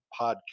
podcast